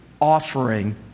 offering